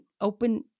open